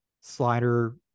slider